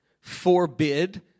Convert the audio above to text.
forbid